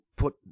put